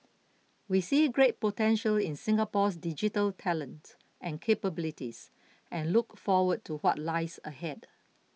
we see great potential in Singapore's digital talent and capabilities and look forward to what lies ahead